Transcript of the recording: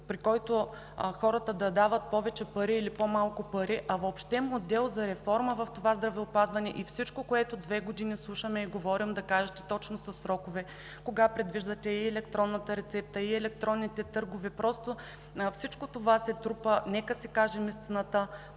при който хората да дават повече или по-малко пари, а въобще модел за реформа в това здравеопазване. И всичко, което две години слушаме и говорим – да кажете точно със срокове: кога предвиждате електронната рецепта и електронните търгове. Всичко това се трупа. Нека си кажем истината.